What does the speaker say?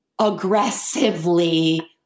aggressively